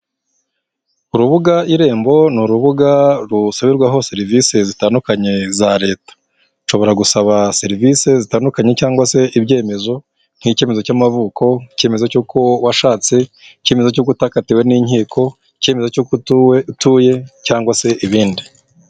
Urubuga Irembo ni urubuga rusabirwaho serivisi zitandukanye za leta, nshobora gusaba serivisi zitandukanye cyangwa se ibyemezo nk'icyemezo cy'amavuko, icyeyemezo cy'uko washatse, icyemezo cy' uko utakatiwe n'inkiko, icyemezo cy'uko utuye cyangwa se ibindi.